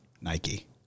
Nike